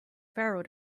pharaoh